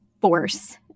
force